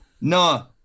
no